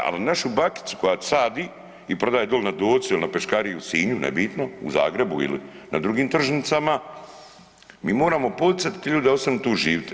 E, ali našu bakicu koja sadi i prodaje doli na Dolcu ili na peškariji u Sinju nebitno u Zagrebu ili na drugim tržnicama mi moramo poticati te ljude da ostanu tu živit.